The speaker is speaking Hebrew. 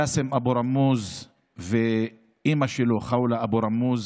באסם אבו רמוז ואימא שלו, ח'אולה אבו רמוז,